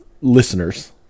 listeners